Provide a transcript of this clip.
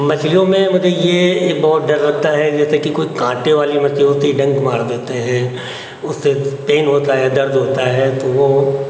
मछलियों में मुझे यह एक बहुत डर लगता है जैसे कि कोई काँटे वाली मछली होती है डंक मार देती है उससे पेन होता है दर्द होता है तो वह